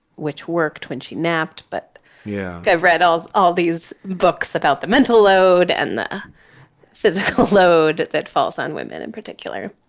which worked when she napped but yeah, i've read else all these books about the mental load and the physical load that falls on women in particular.